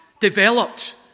developed